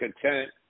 content